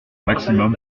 maximum